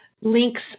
links